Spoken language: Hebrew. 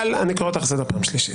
מיכל, אני קורא אותך לסדר פעם שלישית.